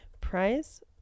price